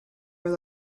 were